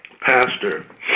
Pastor